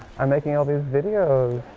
i'm making all these videos!